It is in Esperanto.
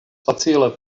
facile